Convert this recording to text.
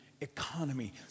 economy